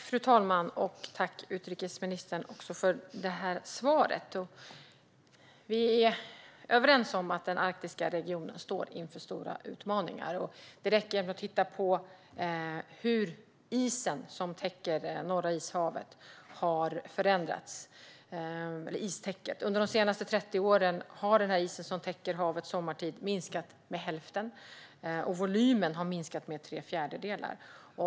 Fru talman! Tack, utrikesministern, för svaret! Vi är överens om att den arktiska regionen står inför stora utmaningar. Det räcker egentligen att titta på hur istäcket över Norra ishavet har förändrats. Under de senaste 30 åren har isen som täcker havet sommartid minskat med hälften, och volymen har minskat med tre fjärdedelar.